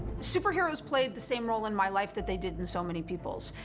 superheroes played the same role in my life that they did in so many people's.